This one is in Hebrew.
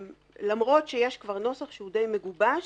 למרות שיש כבר נוסח שהוא די מגובש.